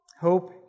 Hope